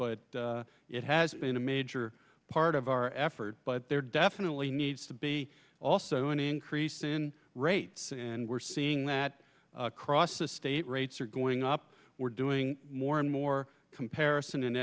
but it has been a major part of our effort but there definitely needs to be also an increase in rates and we're seeing that across the state rates are going up we're doing more and more comparison in